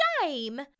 shame